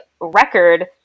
record